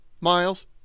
miles